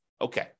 okay